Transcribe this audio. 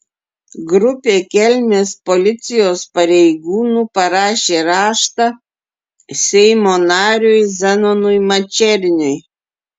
grupė kelmės policijos pareigūnų parašė raštą seimo nariui zenonui mačerniui